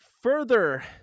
further